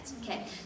okay